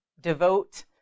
devote